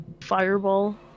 fireball